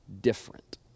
different